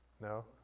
No